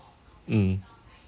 mm